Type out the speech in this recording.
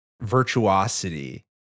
virtuosity